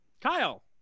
Kyle